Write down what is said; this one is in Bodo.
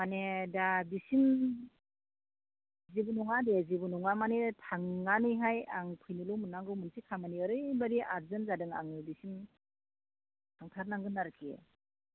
माने दा बिसिम जेबो नङा दे जेबो नङा माने थांनानैहाय आं फैनोल' मोननांगौ मोनसे खामानि ओरैबायदि आरजेन जादों आंनि बेसिम थांथारनांगोन आरोखि